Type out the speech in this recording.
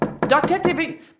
Detective